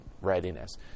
readiness